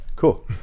Cool